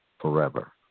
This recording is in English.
forever